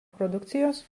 produkcijos